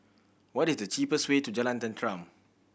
what is the cheapest way to Jalan Tenteram